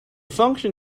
function